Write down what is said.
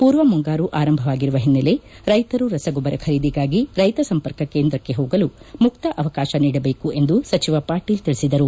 ಪೂರ್ವ ಮುಂಗಾರು ಆರಂಭವಾಗಿರುವ ಹಿನ್ನೆಲೆಯಲ್ಲಿ ರೈತರು ರಸ ಗೊಬ್ಬರ ಖರೀದಿಗಾಗಿ ರೈತ ಸಂಪರ್ಕ ಕೇಂದ್ರಕ್ಕೆ ಹೋಗಲು ಮುಕ್ತ ಅವಕಾಶ ನೀಡಬೇಕು ಎಂದು ಸಚಿವ ಪಾಟೀಲ್ ತಿಳಿಸಿದರು